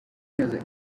music